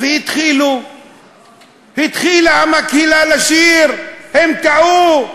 והתחילה המקהלה לשיר: הם טעו,